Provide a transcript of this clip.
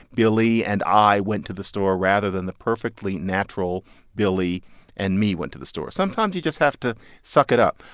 billy and i went to the store rather than the perfectly natural billy and me went to the store. sometimes you just have to suck it up.